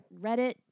Reddit